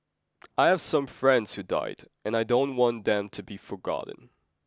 I have some friends who died and I don't want them to be forgotten